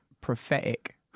prophetic